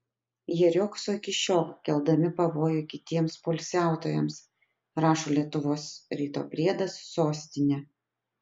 jie riogso iki šiol keldami pavojų kitiems poilsiautojams rašo lietuvos ryto priedas sostinė